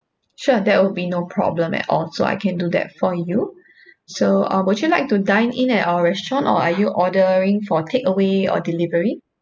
sure that will be no problem at all so I can do that for you so uh would you like to dine in at our restaurant or are you ordering for takeaway or delivery